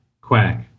quack